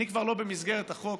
אני כבר לא במסגרת החוק.